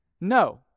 No